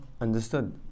Understood